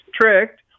tricked